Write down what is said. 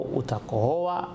utakohoa